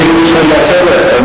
אני קובע שהחלטת ועדת העבודה,